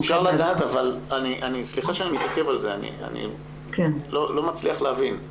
סליחה שאני מתעכב על זה, אבל אני לא מצליח להבין.